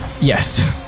Yes